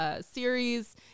series